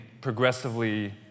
progressively